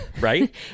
right